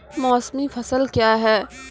मौसमी फसल क्या हैं?